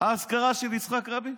האזכרה של יצחק רבין?